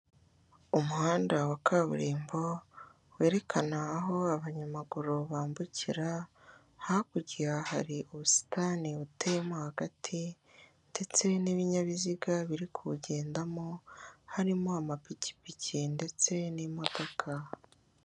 Umuhanda wa kaburimbo werekana aho abanyamaguru bambukira hakurya hari ubusitani buteyemo hagati, ndetse n'ibinyabiziga biri kuwugendamo harimo amapikipiki, ndetse n'imodoka.